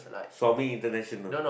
somy international